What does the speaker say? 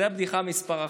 זו בדיחה מספר אחת.